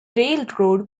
railroad